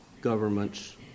governments